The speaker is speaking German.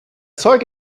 zeug